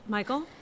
Michael